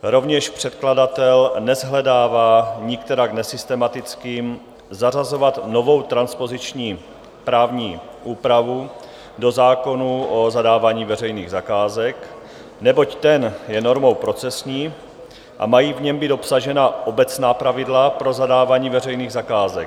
Rovněž předkladatel neshledává nikterak nesystematickým zařazovat novou transpoziční právní úpravu do zákona o zadávání veřejných zakázek, neboť ten je normou procesní a mají v něm být obsažena obecná pravidla o zadávání veřejných zakázek.